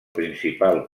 principal